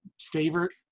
favorite